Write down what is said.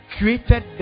created